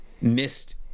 missed